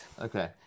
Okay